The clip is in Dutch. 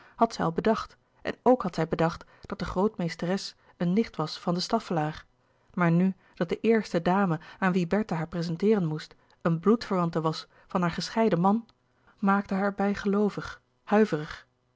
had zij al bedacht en ook had zij bedacht dat de grootmeesteres een nicht was van de staffelaer maar nu dat de eerste dame aan wie bertha haar prezenteeren moest een bloedverwante was van haar gescheiden man maakte haar bijgeloovig huiverig